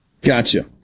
Gotcha